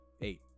Eight